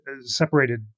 separated